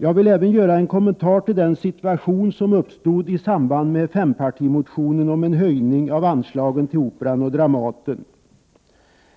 Jag vill även göra en kommentar till den situation som uppstod i samband med fempartimotionen om en höjning av anslagen till Operan och Dramaten.